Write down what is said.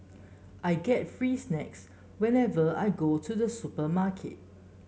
I get free snacks whenever I go to the supermarket